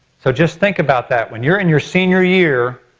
so just think about that. when you're in your senior year,